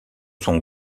son